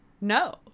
No